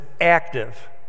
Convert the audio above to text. active